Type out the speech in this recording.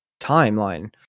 timeline